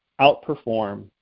outperform